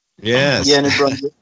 yes